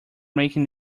making